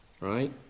Right